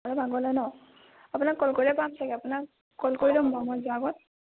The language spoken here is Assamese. অলপ আগলৈ ন আপোনাক কল কৰিলে পাম চাগৈ আপোনাক কল কৰি ল'ম বাৰু মই যোৱা আগত